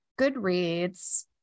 Goodreads